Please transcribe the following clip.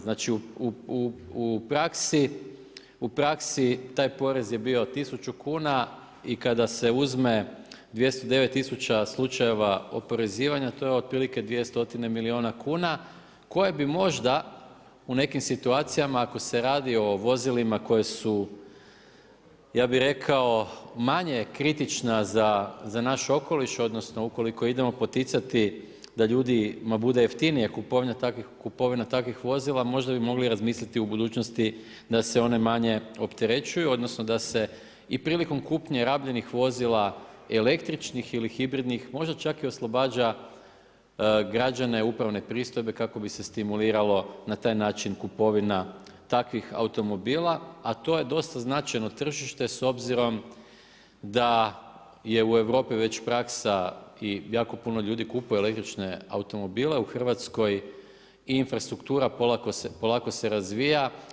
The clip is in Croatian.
Znači u praksi taj porez je bio 1000 kuna i kada se uzme 209 tisuća slučajeva oporezivanja to je otprilike 2 stotine milijuna kuna koje bi možda u nekim situacijama ako se radi o vozilima koje su ja bih rekao manje kritična za naš okoliš, odnosno ukoliko idemo poticati da ljudima bude jeftinija kupovina takvih vozila možda bi mogli razmisliti u budućnosti da se one manje opterećuju odnosno da se i prilikom kupnje rabljenih vozila električnih ili hibridnih, možda čak i oslobađa građane upravne pristojbe kako bi se stimuliralo na taj način kupovina takvih automobila a to je dosta značajno tržište s obzirom da je u Europi već praksa i jako puno ljudi kupuje električne automobile, u Hrvatskoj i infrastruktura polako se razvija.